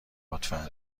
لطفا